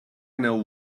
know